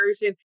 version